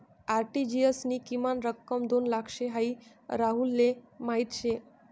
RTGS नी किमान रक्कम दोन लाख शे हाई राहुलले माहीत शे